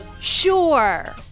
Sure